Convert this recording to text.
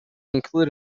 include